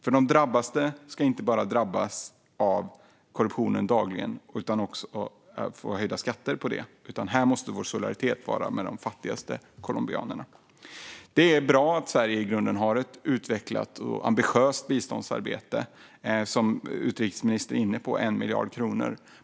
Folket ska inte utöver daglig korruption drabbas av höjda skatter, utan här måste vi vara solidariska med de fattigaste colombianerna. Det är bra att Sverige i grunden har ett utvecklat och ambitiöst biståndsarbete på 1 miljard kronor.